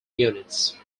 units